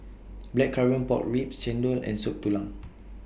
Blackcurrant Pork Ribs Chendol and Soup Tulang